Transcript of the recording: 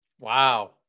wow